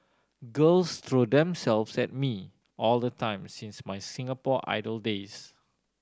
girls throw themselves at me all the time since my Singapore Idol days